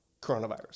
coronavirus